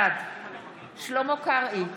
בעד שלמה קרעי,